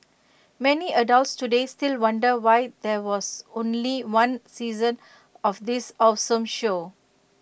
many adults today still wonder why there was only one season of this awesome show